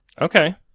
Okay